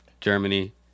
Germany